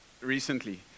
recently